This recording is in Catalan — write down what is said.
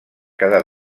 cada